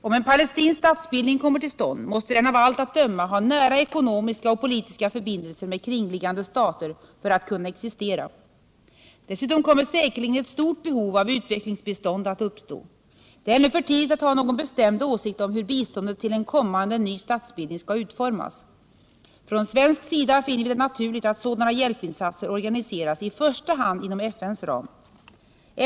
Om en palestinsk statsbildning kommer till stånd, måste den av allt att döma ha nära ekonomiska och politiska förbindelser med kringliggande stater för att kunna existera. Dessutom kommer säkerligen ett stort behov av utvecklingsbistånd att uppstå. Det är ännu för tidigt att ha någon bestämd åsikt om hur biståndet till en kommande ny statsbildning skall utformas. Från svensk sida finner vi det naturligt att sådana hjälpinsatser organiseras i första hand inom FN:s ram.